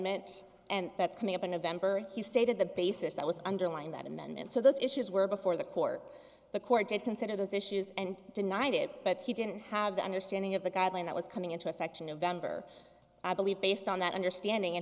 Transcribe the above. amendments and that's coming up in november he stated the basis that was underlying that amendment so those issues were before the court the court did consider those issues and denied it but he didn't have the understanding of the guideline that was coming into effect in november i believe based on that understanding and